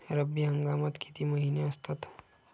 रब्बी हंगामात किती महिने असतात?